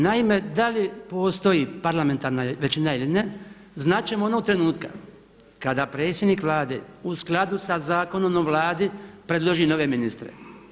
Naime, da li postoji parlamentarna većina ili ne znati ćemo onog trenutka kada predsjednik Vlade u skladu sa zakonom o Vladi predloži nove ministre.